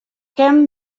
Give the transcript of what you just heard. ken